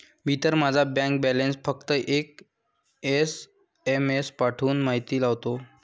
मी तर माझा bank balance फक्त एक एस.एम.एस पाठवून माहिती लावतो